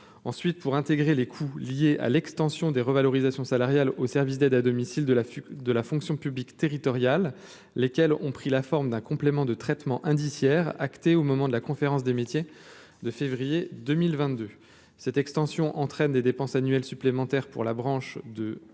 ensuite pour intégrer les coûts liés à l'extension des revalorisations salariales au service d'aide à domicile de la de la fonction publique territoriale, lesquels ont pris la forme d'un complément de traitement indiciaire acté au moment de la conférence des métiers de février 2022 cette extension entraîne des dépenses annuelles supplémentaires pour la branche de